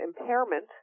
impairment